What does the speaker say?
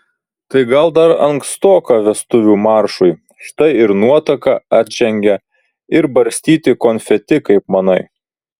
tai gal dar ankstoka vestuvių maršui štai ir nuotaka atžengia ir barstyti konfeti kaip manai